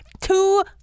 two